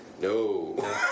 no